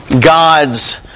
God's